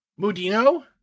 Mudino